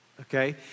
okay